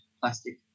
plastic